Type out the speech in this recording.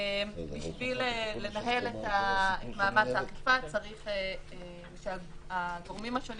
בשביל לנהל את מאמץ האכיפה צריך שהגורמים השונים